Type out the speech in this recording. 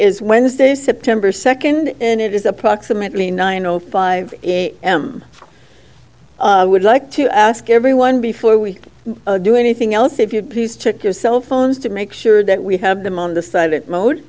is wednesday september second and it is approximately nine o five a m would like to ask everyone before we do anything else if you please check their cell phones to make sure that we have them on the